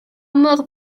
mor